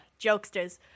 jokesters